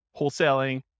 wholesaling